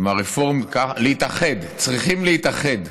להתאחד, צריכים להתאחד,